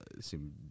seem